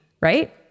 right